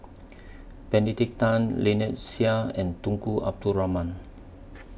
Benedict Tan Lynnette Seah and Tunku Abdul Rahman